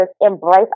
embrace